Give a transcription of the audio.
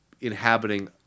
inhabiting